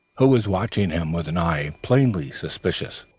who was watching him with an eye plainly suspicious.